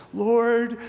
lord,